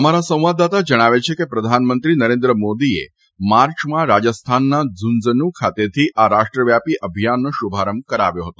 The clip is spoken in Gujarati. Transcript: અમારા સંવાદદાતા જણાવે છે કે પ્રધાનમંત્રી નરેન્દ્ર મોદીએ માર્ચમાં રાજસ્થાનના ઝુંઝનું ખાતેથી આ રાષ્ટ્રવ્યાપી અભિયાનનો શુભારંભ કર્યો હતો